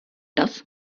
das